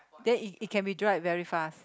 then it it can be dried very fast